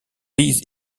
liz